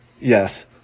yes